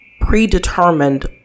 predetermined